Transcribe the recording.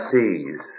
Seas